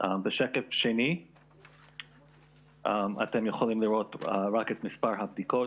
בשקף השני אתם יכולים לראות את מספר הבדיקות,